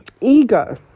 ego